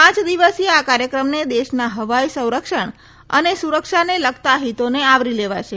પાંચ દિવસીય આ કાર્યક્રમને દેશના હવાઈ સંરક્ષણ અનેસુરક્ષાને લગતા હિતોને આવરી લેવાશે